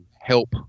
help